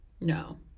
No